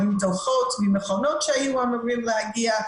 היו דוחות שהיו אמורים להגיע,